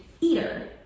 eater